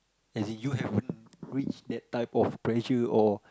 as in you haven't reach that type of pressure or